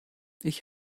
ich